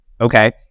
Okay